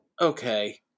okay